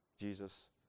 Jesus